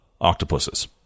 octopuses